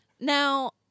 Now